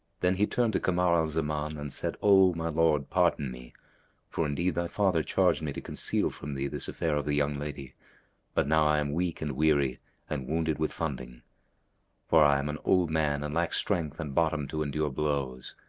then he turned to kamar al-zaman and said, o my lord, pardon me for indeed thy father charged me to conceal from thee this affair of the young lady but now i am weak and weary and wounded with funding for i am an old man and lack strength and bottom to endure blows.